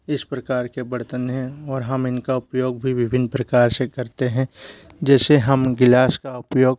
इस प्रकार के बर्तन हैं और हम इनका उपयोग भी विभिन्न प्रकार से करते हैं जैसे हम गिलास का उपयोग